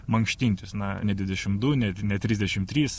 mankštintis na ne dvidešim du ne trusdešim trys